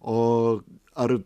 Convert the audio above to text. o ar